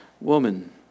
woman